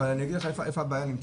אבל אני אגיד לך איפה הבעיה נמצאת.